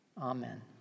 Amen